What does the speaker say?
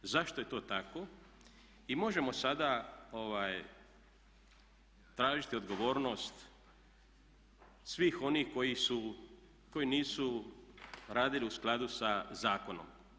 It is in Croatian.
Zašto je to tako i možemo sada tražiti odgovornost svih onih koji su, koji nisu radili u skladu sa zakonom?